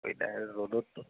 এই ৰ'দত